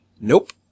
Nope